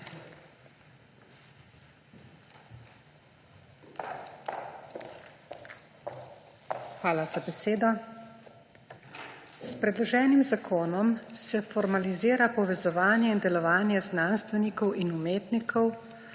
Hvala za besedo. S predloženim zakonom se formalizira povezovanje in delovanje znanstvenikov in umetnikov,